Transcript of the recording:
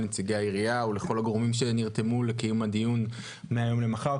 לנציגי העירייה ולכל הגורמים שנרתמו לקיום הדיון מהיום למחר,